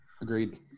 agreed